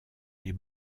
les